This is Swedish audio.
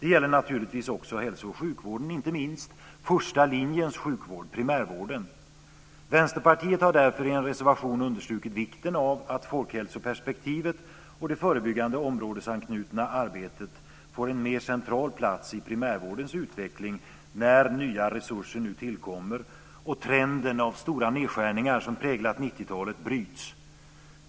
Det gäller naturligtvis också hälso och sjukvården, inte minst första linjens sjukvård, primärvården. Vänsterpartiet har därför i en reservation understrukit vikten av att folkhälsoperspektivet och det förebyggande områdesanknutna arbetet får en mer central plats i primärvårdens utveckling när nya resurser nu tillkommer och trenden av stora nedskärningar som präglat 90-talet bryts.